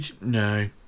No